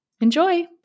Enjoy